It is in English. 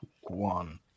one